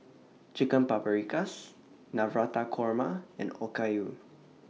Chicken Paprikas Navratan Korma and Okayu